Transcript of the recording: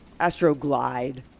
Astroglide